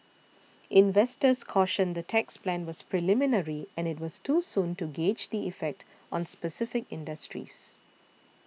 investors cautioned the tax plan was preliminary and it was too soon to gauge the effect on specific industries